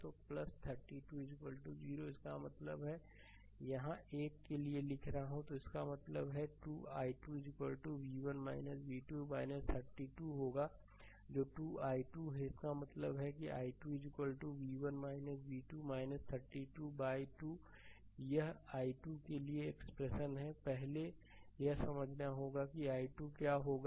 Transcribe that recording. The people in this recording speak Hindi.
तो 32 0 इसका मतलब है यहाँ l के लिए लिख रहा हूँ इसका मतलब है 2 i2 v1 v2 32 होगा जो 2 i2 है इसका मतलब है कि i2 v1 v2 32 बाइ 2 यह i2 के लिए एक्सप्रेशन है पहले यह समझना होगा कि i2 क्या होगा